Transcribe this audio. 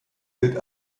gilt